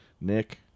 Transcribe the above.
Nick